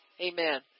Amen